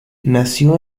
nació